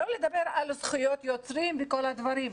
שלא לדבר על זכויות יוצרים וכל הדברים,